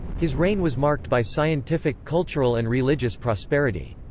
his reign was marked by scientific, cultural and religious prosperity.